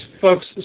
folks